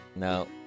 Now